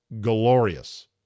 glorious